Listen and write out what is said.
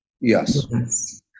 Yes